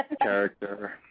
character